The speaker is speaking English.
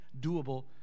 doable